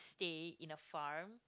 stay in a farm